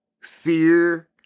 fear